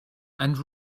and